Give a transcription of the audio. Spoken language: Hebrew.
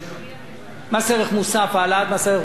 שהעלאת מס ערך מוסף היא לא משוש חיי.